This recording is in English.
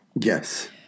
yes